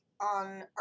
on